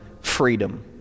freedom